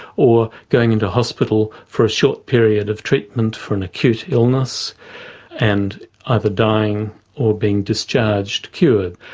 or going into hospital for a short period of treatment for an acute illness and either dying or being discharged cured.